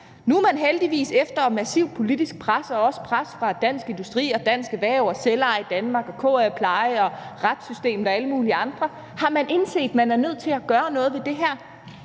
Nu har man heldigvis efter massivt politisk pres og også pres fra Dansk Industri, Dansk Erhverv, Selveje Danmark, KA Pleje, retssystemet og alle mulige andre indset, at man er nødt til at gøre noget ved det her,